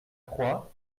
croix